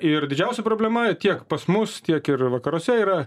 ir didžiausia problema tiek pas mus tiek ir vakaruose yra